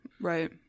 Right